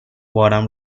بارم